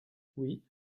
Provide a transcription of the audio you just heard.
oui